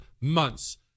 months